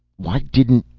why didn't.